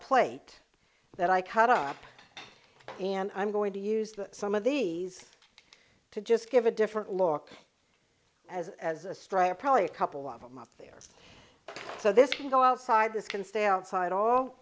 plate that i cut up and i'm going to used some of these to just give a different look as as a striker probably a couple of months there so this can go outside this can stay outside all